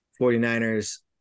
49ers